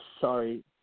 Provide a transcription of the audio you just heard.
sorry